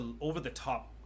over-the-top